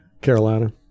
Carolina